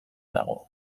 dago